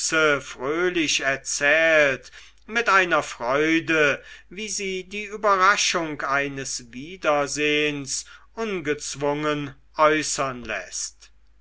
fröhlich erzählt mit einer freude wie sie die überraschung eines wiedersehens ungezwungen äußern läßt